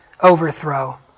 overthrow